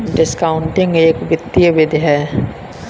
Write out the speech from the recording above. discounting एक वित्तीय विधि है